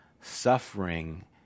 suffering